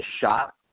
shot